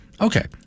Okay